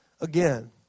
again